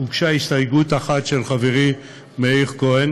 הסתייגות אחת של חברי מאיר כהן,